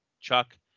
Chuck